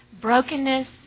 brokenness